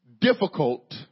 difficult